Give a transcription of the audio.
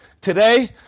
Today